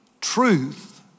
Truth